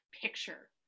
picture